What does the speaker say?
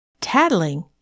Tattling